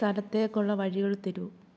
സ്ഥലത്തേക്കുള്ള വഴികൾ തരൂ